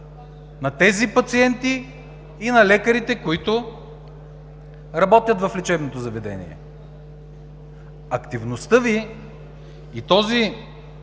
на тези пациенти и на лекарите, които работят в лечебното заведение. Активността Ви и този